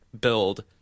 build